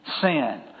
Sin